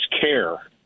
care